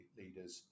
leaders